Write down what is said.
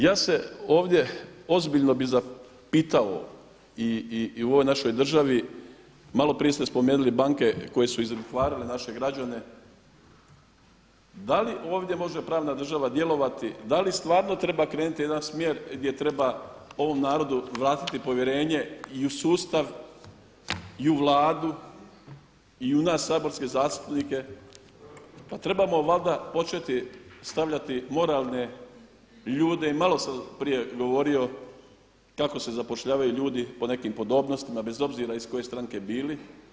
Ja se ovdje ozbiljno bi zapitao i u ovoj našoj državi maloprije ste spomenuli banke koje su i zatvarale naše građane da li ovdje može pravna država djelovati, da li stvarno treba krenuti u jedan smjer gdje treba ovom narodu vratiti povjerenje i u sustav, i u Vladu i u nas saborske zastupnike pa trebamo valjda početi stavljati moralne ljude i malo sam prije govorio kako se zapošljavaju ljudi po nekim podobnostima bez obzira iz koje stranke bili.